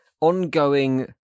ongoing